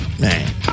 man